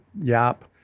Yap